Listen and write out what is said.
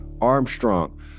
Armstrong